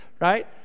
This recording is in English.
right